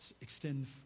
extend